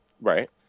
Right